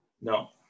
No